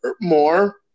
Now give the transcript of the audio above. more